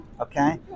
Okay